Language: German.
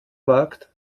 wagt